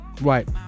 right